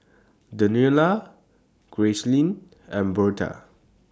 Daniella Gracelyn and Berta